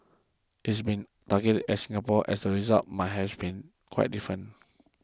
it has been targeted at Singapore as results might have been quite different